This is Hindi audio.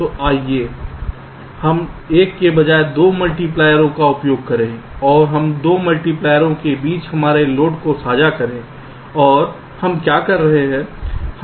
तो आइए हम एक के बजाय 2 मल्टीप्लायरों का उपयोग करें और हम 2 मल्टीप्लायरों के बीच हमारे लोड को साझा करें और हम क्या कर रहे हैं